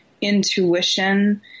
intuition